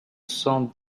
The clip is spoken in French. cent